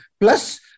plus